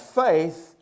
faith